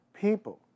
people